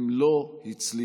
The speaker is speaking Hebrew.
הם לא הצליחו.